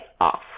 off